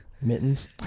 mittens